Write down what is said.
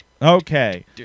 Okay